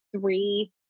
three